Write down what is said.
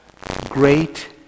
great